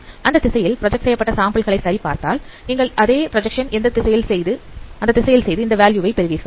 அந்த திசையில் ப்ராஜெக்ட் செய்யப்பட்ட சாம்பிள்களை சரி பார்த்தால் நீங்கள் அதே பிராஜக்சன் ஐ அந்த திசையில் செய்து இந்த வேல்யூ வை பெறுவீர்கள்